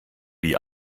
die